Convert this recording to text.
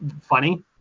funny